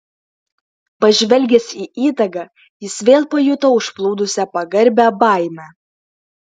pažvelgęs į įdagą jis vėl pajuto užplūdusią pagarbią baimę